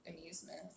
amusement